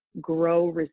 grow